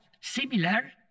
similar